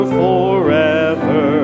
forever